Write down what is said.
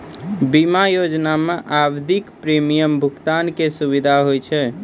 बीमा योजना मे आवधिक प्रीमियम भुगतान के सुविधा होय छै